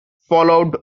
followed